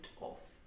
off